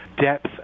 depth